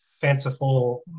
fanciful